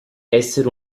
essere